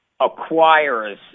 acquirers